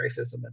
racism